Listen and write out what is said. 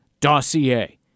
dossier